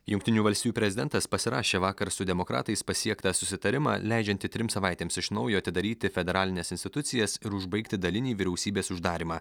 jungtinių valstijų prezidentas pasirašė vakar su demokratais pasiektą susitarimą leidžiantį trims savaitėms iš naujo atidaryti federalines institucijas ir užbaigti dalinį vyriausybės uždarymą